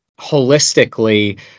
holistically